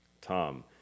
Tom